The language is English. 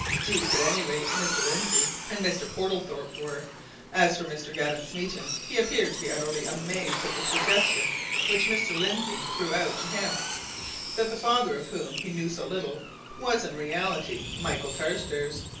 deep, at any rate, mr. lindsey and mr. portlethorpe were as for mr. gavin smeaton, he appeared to be utterly amazed at the suggestion which mr. lindsey threw out to him that the father of whom he knew so little was, in reality, michael carstairs.